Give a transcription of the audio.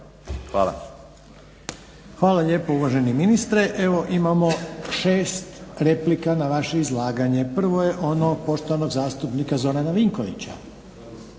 (HDZ)** Hvala lijepo uvaženi ministre. Evo imamo 6 replika na vaše izlaganje. Prvo je ono poštovanog zastupnika Zorana Vinkovića.